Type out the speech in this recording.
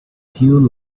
pure